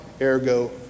ergo